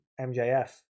MJF